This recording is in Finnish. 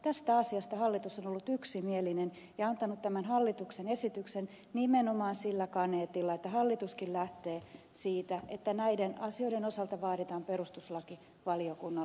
tästä asiasta hallitus on ollut yksimielinen ja antanut tämän hallituksen esityksen nimenomaan sillä kaneetilla että hallituskin lähtee siitä että näiden asioiden osalta vaaditaan perustuslakivaliokunnan lausunto